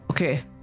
Okay